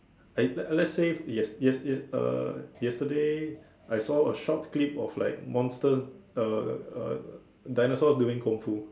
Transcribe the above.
I let's say yes~ yes~ yes~ uh yesterday I saw a short clip of like monster uh uh dinosaurs doing kung-fu